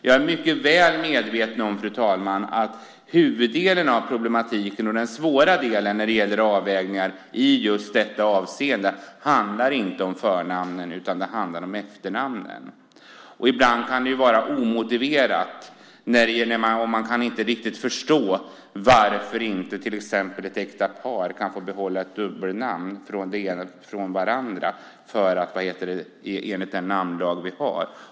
Jag är mycket väl medveten om, fru talman, att huvuddelen av problematiken, den svåra delen när det gäller avvägningar i just detta avseende, inte handlar om förnamnen utan om efternamnen. Ibland kan det vara omotiverat, och man kan inte riktigt förstå varför inte till exempel ett äkta par kan få behålla dubbelnamn från varandra enligt den namnlag vi har.